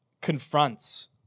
confronts